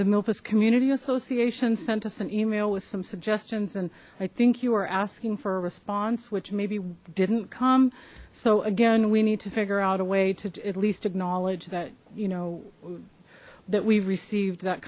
memphis community association sent us an email with some suggestions and i think you are asking for a response which maybe didn't come so again we need to figure out a way to at least acknowledge that you know that we've received that